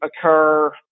occur